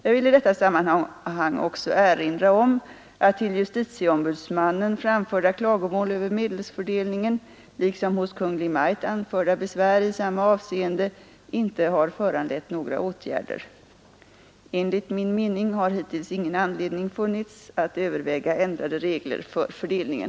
Jag vill i detta sammanhang också erinra om att till justitieombudsmannen framförda klagomål över medelsfördelningen liksom hos Kungl. Maj:t anförda besvär i samma avseende inte har föranlett några åtgärder. Enligt min mening har hittills ingen anledning funnits att överväga ändrade regler för fördelningen.